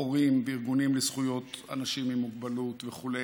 הורים וארגונים לזכויות אנשים עם מוגבלות וכו',